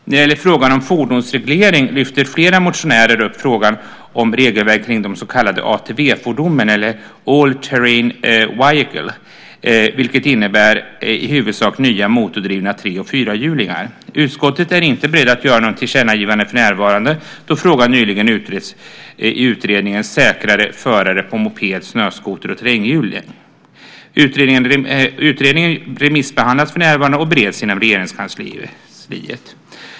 När det gäller frågan om fordonsreglering lyfter flera motionärer upp frågan om regelverket kring så kallade ATV, all terrain vehicles , vilket i huvudsak innebär nya motordrivna tre och fyrhjulingar. Utskottet är inte berett att göra något tillkännagivande för närvarande då frågan nyligen utretts i utredningen Säkrare förare på moped, snöskoter och terränghjuling. Utredningen remissbehandlas för närvarande och bereds inom Regeringskansliet.